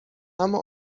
اما